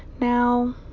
Now